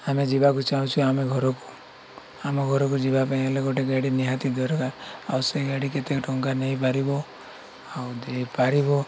ଆମେ ଯିବାକୁ ଚାହୁଁଛୁ ଆମେ ଘରକୁ ଆମ ଘରକୁ ଯିବା ପାଇଁ ହେଲେ ଗୋଟେ ଗାଡ଼ି ନିହାତି ଦରକାର ଆଉ ସେ ଗାଡ଼ି କେତେ ଟଙ୍କା ନେଇପାରିବ ଆଉ ଦେଇପାରିବ